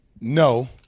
No